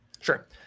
Sure